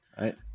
Right